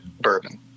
bourbon